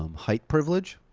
um height privilege,